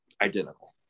identical